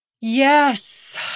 yes